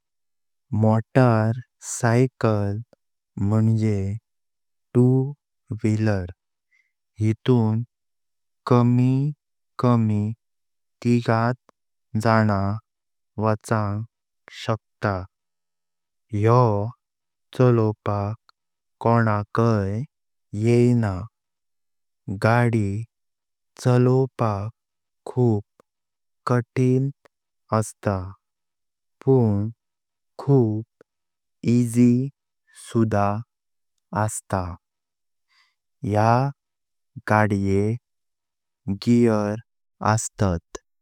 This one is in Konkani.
मोटरसाइक्ल मुनजे दोन व्हिलर एफून कमी कमी तिगांत जाण वचांग शकता। यो चलोवपाक कोणेकाई येयना। गाडी चलोवपाक खूप कठिन अस्तां पण खूप ईजी सुधा आसा। ह्या गाड्येक गियर अस्तात।